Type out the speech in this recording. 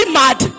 mad